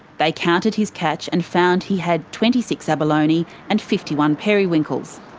they counted his catch and found he had twenty six abalone and fifty one periwinkles.